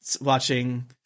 watching